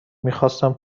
میخواستم